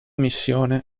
missione